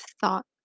thought